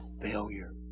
failure